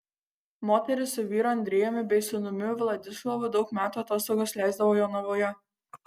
moteris su vyru andrejumi bei sūnumi vladislavu daug metų atostogas leisdavo jonavoje